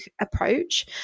approach